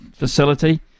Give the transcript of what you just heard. facility